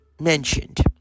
mentioned